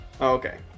okay